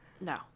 No